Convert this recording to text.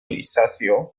grisáceo